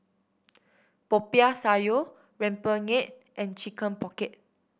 Popiah Sayur rempeyek and Chicken Pocket